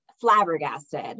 flabbergasted